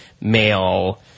male